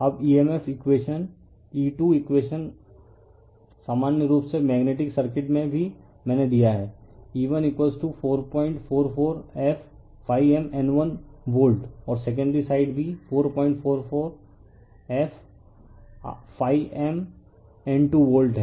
अब EMF equation E2 equation सामान्य रूप से मेग्नेटिक सर्किट में भी मैंने दिया है E1444 f mN1 वोल्ट और सेकेंडरी साइड भी 444 f mN2वोल्ट हैं